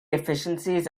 efficiencies